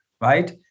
right